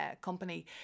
company